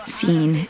seen